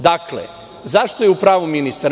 Dakle, zašto je u pravu ministar?